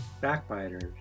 backbiters